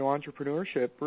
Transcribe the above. entrepreneurship